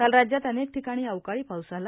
काल राज्यात अनेक ठिकाणी अवकाळी पाऊस झाला